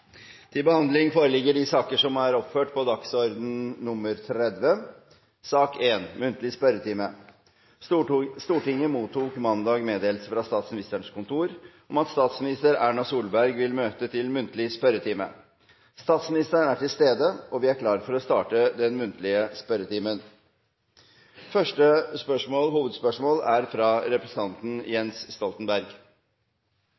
Stortinget mottok mandag meddelelse fra Statsministerens kontor om at statsminister Erna Solberg vil møte til muntlig spørretime. Statsministeren er til stede, og vi er klare til å starte den muntlige spørretimen. Vi starter med første hovedspørsmål, fra representanten